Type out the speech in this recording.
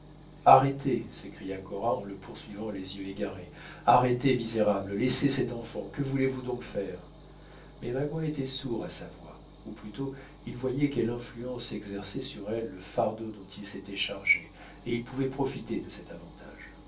arrêtez s'écria cora en le poursuivant les yeux égarés arrêtez misérable laissez cette enfant que voulez-vous donc faire mais magua était sourd à sa voix ou plutôt il voyait quelle influence exerçait sur elle le fardeau dont il s'était chargé et il pouvait profiter de cet avantage